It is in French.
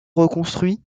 reconstruits